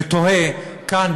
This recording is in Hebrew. ותוהה כאן,